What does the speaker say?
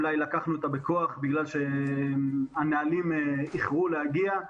אולי לקחנו אותה בכוח בגלל שהנהלים איחרו להגיע,